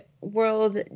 world